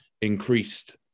increased